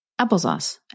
applesauce